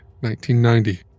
1990